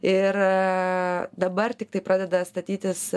ir dabar tiktai pradeda statytis